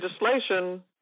legislation